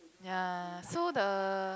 ya so the